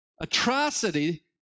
atrocity